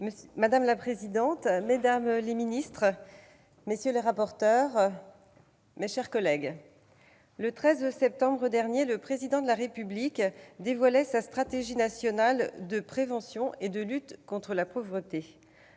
Madame la présidente, mesdames les ministres, mes chers collègues, le 13 septembre dernier, le Président de la République dévoilait sa stratégie nationale de prévention et de lutte contre la pauvreté,